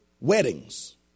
weddings